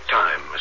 time